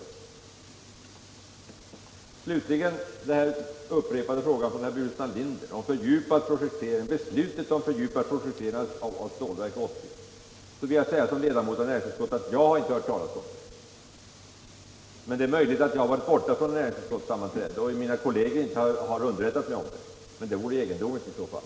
Herr Burenstam Linder har ställt upprepade frågor om beslutet om fördjupad projektering av Stålverk 80. Som ledamot av näringsutskottet vill jag svara att jag inte har hört talas om det. Det är möjligt att jag varit borta från något utskottssammanträde och att mina kolleger inte har underrättat mig om ett sådant beslut, men det vore egendomligt i så fall.